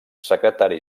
secretari